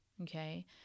okay